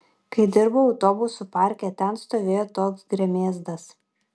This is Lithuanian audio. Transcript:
kai dirbau autobusų parke ten stovėjo toks gremėzdas